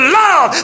love